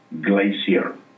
glacier